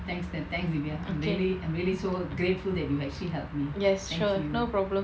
okay yes sure no problem